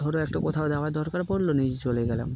ধরো একটা কোথাও দেওয়ার দরকার পড়ল নিজে চলে গেলাম